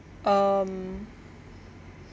um